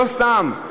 לא סתם.